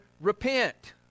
repent